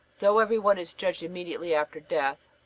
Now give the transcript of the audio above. though every one is judged immediately after death,